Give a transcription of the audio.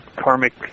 karmic